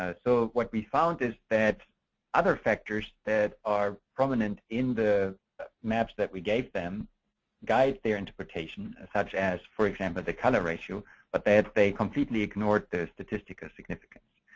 ah so what we found is that other factors that are prominent in the match that we gave them guides their interpretation such as, for example, the color ratio but that they completely ignored the statistical significance.